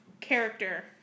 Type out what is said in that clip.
character